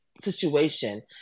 situation